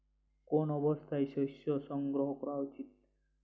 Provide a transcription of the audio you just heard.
কোন অবস্থায় শস্য সংগ্রহ করা উচিৎ?